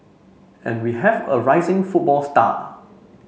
and we have a rising football star